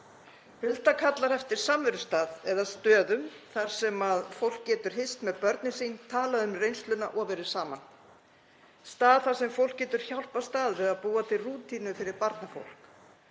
Hulda kallar eftir samverustað eða stöðum þar sem fólk getur hist með börnin sín, talað um reynsluna og verið saman, stað þar sem fólk getur hjálpast að við að búa til rútínu fyrir barnafólk.